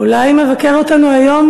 אולי מבקר אותנו היום,